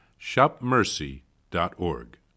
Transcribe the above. shopmercy.org